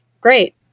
great